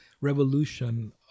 revolution